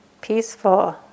peaceful